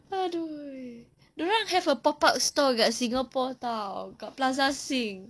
!aduh! dia orang have a pop up store dekat singapore tahu dekat plaza sing